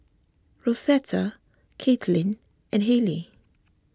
Rosetta Kaitlyn and Halle